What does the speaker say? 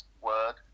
word